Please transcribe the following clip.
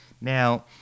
now